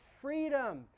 freedom